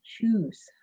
choose